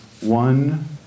one